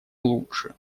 лучше